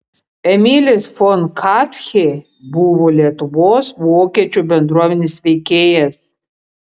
emilis fon katchė buvo lietuvos vokiečių bendruomenės veikėjas